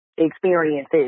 experiences